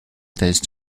test